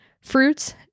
Fruits